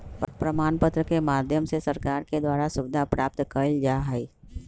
प्रमाण पत्र के माध्यम से सरकार के द्वारा सुविधा प्राप्त कइल जा हई